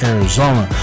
Arizona